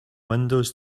windows